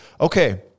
okay